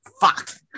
fuck